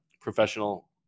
professional